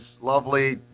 lovely